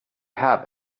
have